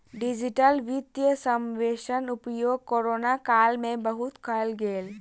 digital वित्तीय समावेशक उपयोग कोरोना काल में बहुत कयल गेल